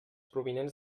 provinents